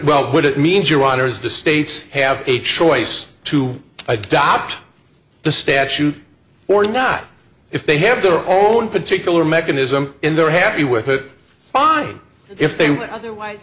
well what it means your honor is to states have a choice to adopt the statute or not if they have their own particular mechanism in they're happy with it fine if they want otherwise